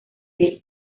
del